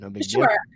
Sure